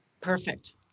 Perfect